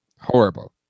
Horrible